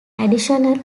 additional